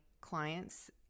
clients